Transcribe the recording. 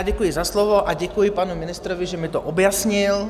Děkuji za slovo a děkuji panu ministrovi, že mi to objasnil.